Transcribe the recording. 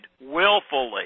willfully